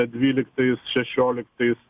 dvyliktais šešioliktais